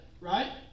right